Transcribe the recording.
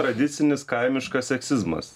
tradicinis kaimiškas seksizmas